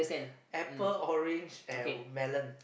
apple orange and melon